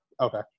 okay